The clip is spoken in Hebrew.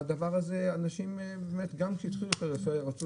אנשים פשוט התייאשו